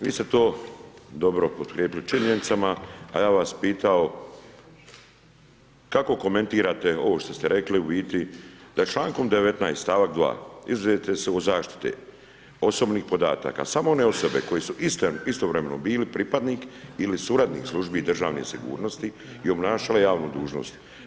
Vi ste to dobro potkrijepili činjenicama, a ja bi vas pitao, kako komentirate, ovo što ste rekli, u biti da je člankom 19. stavak 2 izuzete su od zaštite, osobnih podataka, samo ne osobe koje su istovremeno bile pripadnik ili suradnik službi državne sigurnosti i obnašale javnu dužnost.